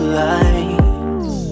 lights